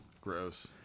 Gross